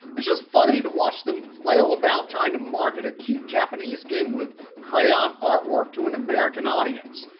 it's just funny to watch them flail about trying to market a cute japanese game with crayon artwork to an american audience.